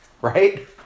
right